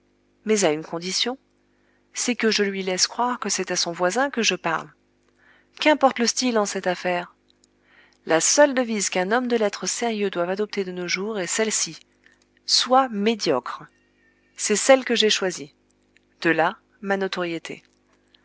mais à une condition c'est que je lui laisse croire que c'est à son voisin que je parle qu'importe le style en cette affaire la seule devise qu'un homme de lettres sérieux doive adopter de nos jours est celle-ci sois médiocre c'est celle que j'ai choisie de là ma notoriété